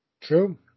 True